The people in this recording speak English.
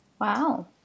Wow